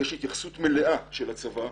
יש התייחסות מליאה של הצבא.